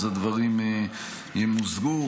הדברים ימוזגו,